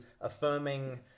affirming